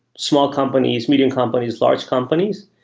small companies, medium companies, large companies,